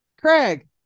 Craig